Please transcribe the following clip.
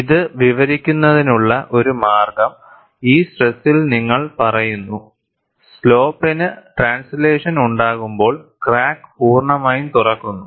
ഇത് വിവരിക്കുന്നതിനുള്ള ഒരു മാർഗ്ഗം ഈ സ്ട്രെസ്സിൽ നിങ്ങൾ പറയുന്നു സ്ലോപ്പിന് ട്രാൻസിലേഷൻ ഉണ്ടാകുമ്പോൾ ക്രാക്ക് പൂർണ്ണമായും തുറക്കുന്നു